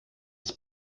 des